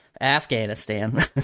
Afghanistan